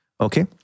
Okay